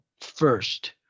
first